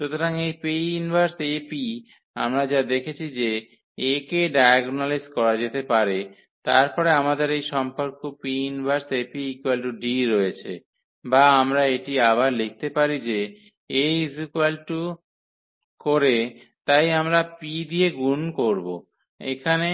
সুতরাং এই 𝑃−1𝐴𝑃 আমরা যা দেখেছি যে A কে ডায়াগোনালাইজ করা যেতে পারে তারপরে আমাদের এই সম্পর্ক 𝑃−1𝐴𝑃D রয়েছে বা আমরা এটি আবার লিখতে পারি যে A করে তাই আমরা P দিয়ে গুণ করব এখানে